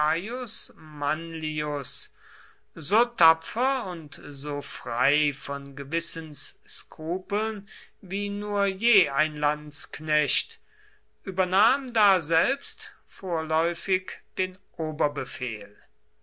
so tapfer und so frei von gewissensskrupeln wie nur je ein lanzknecht übernahm daselbst vorläufig den